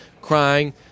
crying